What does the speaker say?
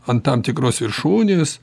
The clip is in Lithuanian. ant tam tikros viršūnės